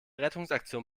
rettungsaktion